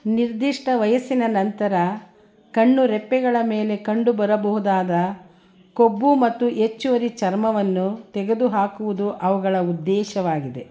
ನಿರ್ದಿಷ್ಟ ವಯಸ್ಸಿನ ನಂತರ ಕಣ್ಣು ರೆಪ್ಪೆಗಳ ಮೇಲೆ ಕಂಡುಬರಬಹುದಾದ ಕೊಬ್ಬು ಮತ್ತು ಹೆಚ್ಚುವರಿ ಚರ್ಮವನ್ನು ತೆಗೆದು ಹಾಕುವುದು ಅವುಗಳ ಉದ್ದೇಶವಾಗಿದೆ